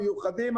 המיוחדים,